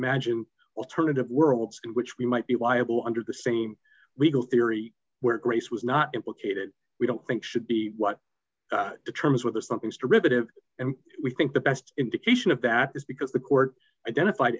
imagine alternative worlds in which we might be quiet will under the same legal theory where grace was not implicated we don't think should be what determines whether something is derivative and we think the best indication of that is because the court identified